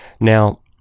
Now